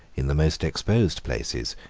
in the most exposed places,